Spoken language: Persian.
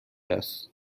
است